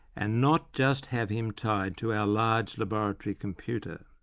and not just have him tied to our large laboratory computer.